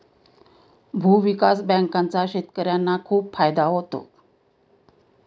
भूविकास बँकांचा शेतकर्यांना खूप फायदा होतो